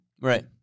Right